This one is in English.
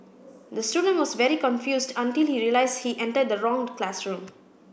the student was very confused until he realised he entered the wrong classroom